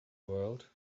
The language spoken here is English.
world